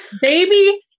Baby